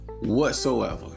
whatsoever